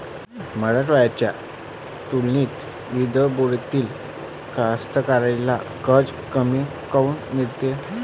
मराठवाड्याच्या तुलनेत विदर्भातल्या कास्तकाराइले कर्ज कमी काऊन मिळते?